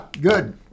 good